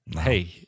Hey